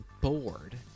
bored